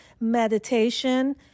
meditation